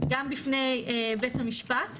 גם בפני בית המשפט.